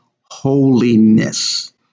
holiness